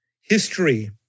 history